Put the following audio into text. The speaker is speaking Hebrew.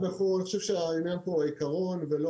אני חושב שהעניין פה הוא העיקרון ולא